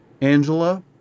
Angela